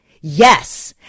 yes